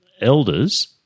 elders